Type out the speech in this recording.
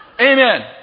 Amen